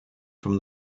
from